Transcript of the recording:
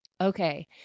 Okay